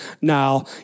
Now